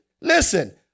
Listen